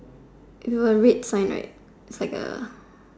with a red sign right it's like A